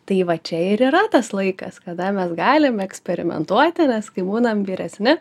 tai va čia ir yra tas laikas kada mes galim eksperimentuoti nes kai būnam vyresni